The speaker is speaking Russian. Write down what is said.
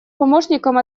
помощником